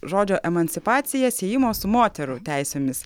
žodžio emancipacija siejimo su moterų teisėmis